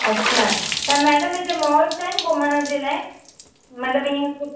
अच्छा त मैडम हिते मॉल्स आहिनि घुमण जे लाइ मतिलबु हीअं कुझु